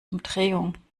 umdrehung